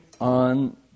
on